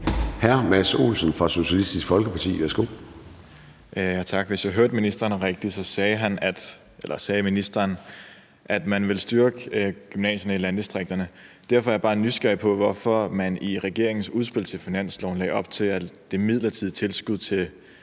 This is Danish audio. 10:38 Mads Olsen (SF): Tak. Hvis jeg hørte ministeren rigtigt, sagde han, at man vil styrke gymnasierne i landdistrikterne. Derfor er jeg nysgerrig på, hvorfor man i regeringens udspil til finanslov lagde op til, at det midlertidige tilskud til gymnasierne